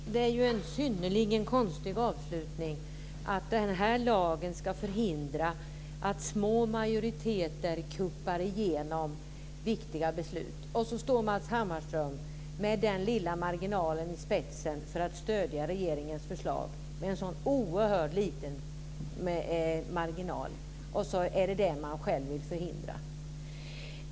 Fru talman! Det är ju en synnerligen konstig avslutning, att den här lagen ska förhindra att små majoriteter "kuppar" igenom viktiga beslut. Samtidigt är Matz Hammarström med en så oerhört liten marginal i spetsen beredd att stödja regeringens förslag. Det är ju sådant som han själv vill förhindra.